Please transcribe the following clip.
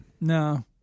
No